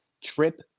trip